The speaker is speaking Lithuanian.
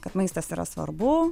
kad maistas yra svarbu